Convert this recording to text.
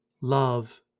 Love